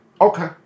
okay